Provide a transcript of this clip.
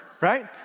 right